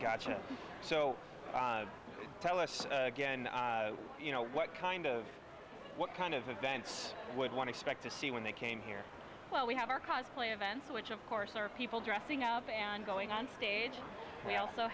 gotcha so tell us again you know what kind of what kind of events would want to expect to see when they came here well we have our cars play events which of course are people dressing up and going on stage we also